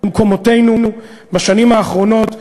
במקומותינו בשנים האחרונות,